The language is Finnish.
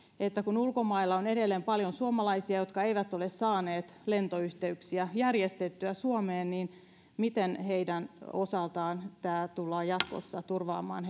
kun ulkomailla on edelleen paljon suomalaisia jotka eivät ole saaneet lentoyhteyksiä järjestettyä suomeen miten heidän osaltaan heidän kotiinpääsynsä tullaan jatkossa turvaamaan